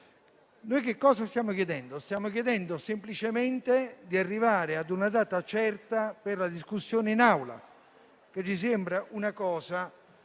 noi cosa stiamo chiedendo? Stiamo chiedendo semplicemente di arrivare a una data certa per la discussione in Aula, che ci sembra una cosa opportuna,